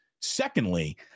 Secondly